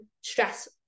stress